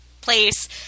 place